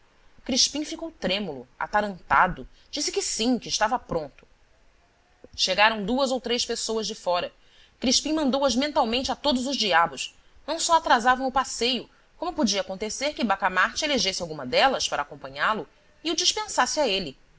crispim ficou trêmulo atarantado disse que sim que estava pronto chegaram duas ou três pessoas de fora crispim mandou as mentalmente a todos os diabos não só atrasavam o passeio como podia acontecer que bacamarte elegesse alguma delas para acompanhá-lo e o dispensasse a ele